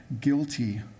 guilty